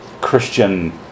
Christian